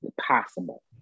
possible